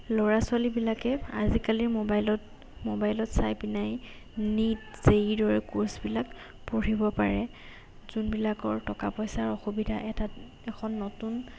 ল'ৰা ছোৱালীবিলাকে আজিকালিৰ মোবাইলত মোবাইলত চাই পিনাই নীট জে ইৰ দৰে ক'ৰ্ছবিলাক পঢ়িব পাৰে যোনবিলাকৰ টকা পইচাৰ অসুবিধা এটা এখন নতুন